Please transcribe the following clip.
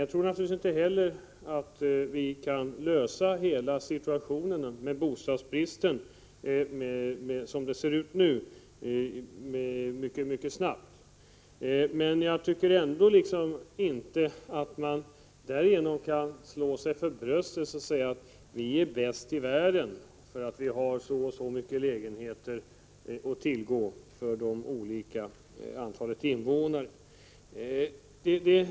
Jag tror naturligtvis inte att vi i det nuvarande läget kan råda bot på bostadsbristen inom en mycket snar framtid. Men jag tror inte heller att vi bör slå oss för bröstet och säga att vi är bäst i världen bara därför att vi här i Sverige har ett visst antal lägenheter per tusen invånare.